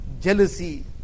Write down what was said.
jealousy